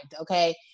Okay